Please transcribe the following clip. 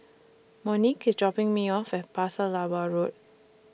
Monique IS dropping Me off At Pasir Laba Road